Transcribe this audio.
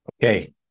Okay